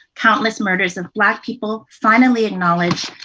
countless murders of black people finally acknowledge,